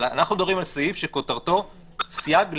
אבל אנחנו מדברים על סעיף שכותרתו סייג לתחולה.